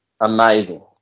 amazing